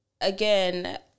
again